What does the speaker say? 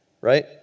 right